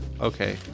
Okay